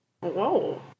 Whoa